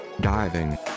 diving